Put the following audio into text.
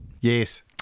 Yes